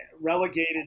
Relegated